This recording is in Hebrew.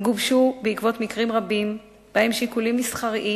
גובשו בעקבות מקרים רבים שבהם שיקולים מסחריים